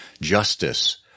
justice